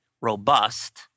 robust